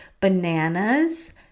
bananas